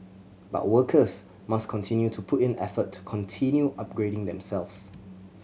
but workers must continue to put in effort to continue upgrading themselves